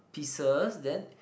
pieces then